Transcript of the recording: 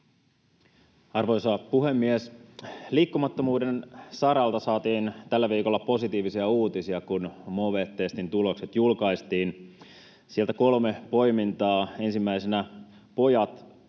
Arvoisa puhemies! Liikkumattomuuden saralta saatiin tällä viikolla positiivisia uutisia, kun Move-testin tulokset julkaistiin. Sieltä kolme poimintaa. Ensimmäisenä: pojat ovat